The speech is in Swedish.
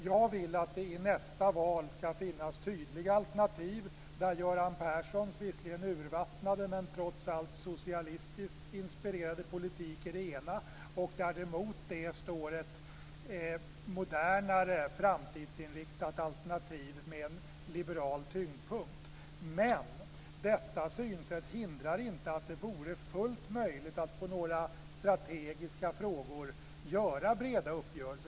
Jag vill att det i nästa val ska finnas tydliga alternativ där Göran Perssons visserligen urvattnade men trots allt socialistiskt inspirerade politik är det ena, och där det mot det alternativet står ett modernare framtidsinriktat alternativ med en liberal tyngdpunkt. Men detta synsätt hindrar inte att det vore fullt möjligt att i några strategiska frågor göra breda uppgörelser.